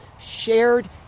shared